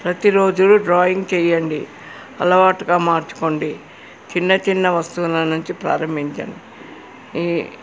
ప్రతిరోజు డ్రాయింగ్ చెయ్యండి అలవాటుగా మార్చుకోండి చిన్న చిన్న వస్తువుల నుంచి ప్రారంభించండి ఈ